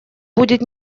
будет